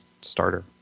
starter